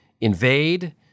invade